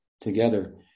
together